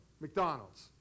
McDonald's